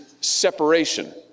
separation